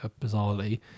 bizarrely